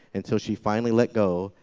until she finally let go,